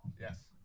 Yes